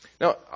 Now